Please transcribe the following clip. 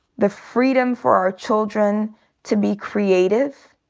the freedom for our children to be creative,